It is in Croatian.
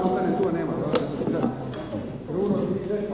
Hvala vam